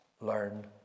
learn